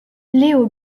léo